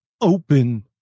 open